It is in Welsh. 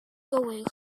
gywir